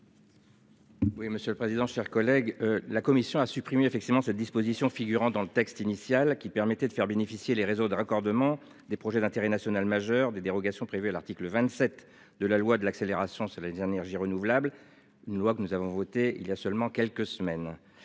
Oui, monsieur le président. Chers collègues, la commission a supprimé effectivement cette disposition figurant dans le texte initial qui permettait de faire bénéficier les réseaux de raccordement des projets d'intérêt national majeur des dérogations prévues à l'article 27 de la loi de l'accélération, c'est la dernière j'ai renouvelable une loi que nous avons voté il y a seulement quelques semaines.